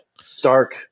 stark